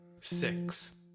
six